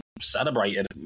celebrated